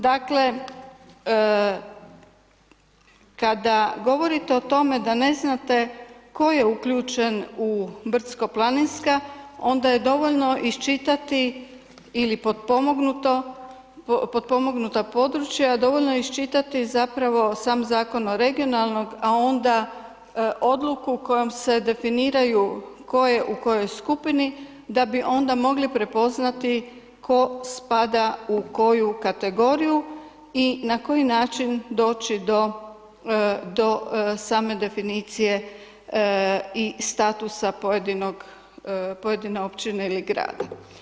Dakle, kada govorite o tome da ne znate tko je uključen u brdsko-planinska, onda je dovoljno isčitati ili potpomognuto, potpomognuta područja, dovoljno je isčitati zapravo sam Zakon o regionalnog, a onda odluku kojom se definiraju tko je u kojoj skupini, da bi onda mogli prepoznati tko spada u koju kategoriju i na koji način doći do same definicije i statusa pojedinog, pojedine općine ili grada.